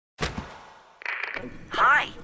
Hi